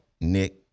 Nick